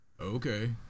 okay